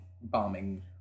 bombing